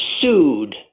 sued